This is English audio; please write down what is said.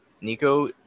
Nico